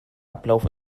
ablauf